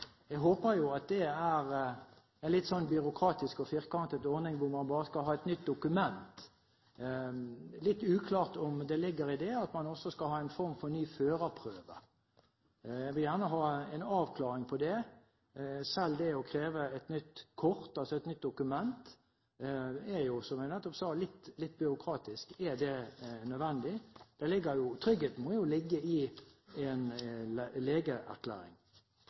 Jeg håper at det er en litt byråkratisk og firkantet ordning, hvor man bare skal ha et nytt dokument. Det er litt uklart om det ligger i det at man også skal ha en form for ny førerprøve. Jeg vil gjerne ha en avklaring av det. Selv det å kreve et nytt kort, altså et nytt dokument, er jo, som jeg nettopp sa, litt byråkratisk. Er det nødvendig? Tryggheten må jo ligge i en legeerklæring.